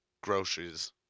Groceries